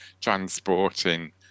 transporting